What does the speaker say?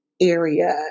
area